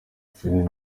flynn